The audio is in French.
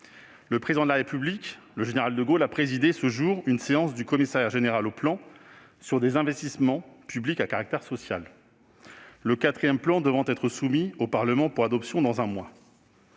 Le Président de la République, le général de Gaulle, a présidé, ce jour, une séance du Commissariat général au plan sur des investissements publics à caractère social, le quatrième Plan devant être soumis au Parlement pour adoption dans un mois.